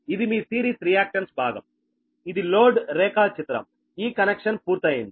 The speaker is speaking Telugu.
ఇది మీ సిరీస్ రియాక్టన్స్ భాగంఇది లోడ్ రేఖా చిత్రంఈ కనెక్షన్ పూర్తయింది